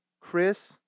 Chris